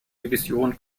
division